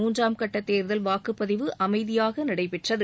மூன்றாம் கட்டத் தேர்தல் வாக்குப்பதிவு அமைதியாக நடைபெற்றது